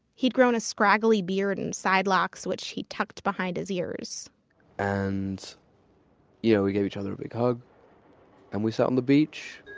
he'd grown a scraggly beard and sidelocks, which he tucked behind his ears and yeah we gave each other a big hug and we sat on the beach